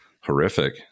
horrific